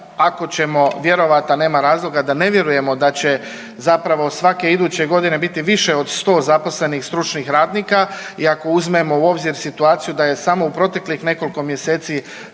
ako ćemo vjerovat, a nema razloga da ne vjerujemo da će svake iduće godine biti više od 100 zaposlenih stručnih radnika i ako uzmemo u obzir situaciju da je samo u proteklih nekoliko mjeseci